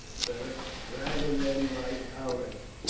beric, rather than like ours.